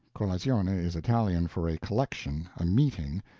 colazione is italian for a collection, a meeting,